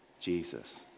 Jesus